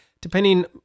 depending